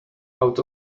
out